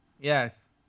Yes